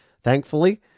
thankfully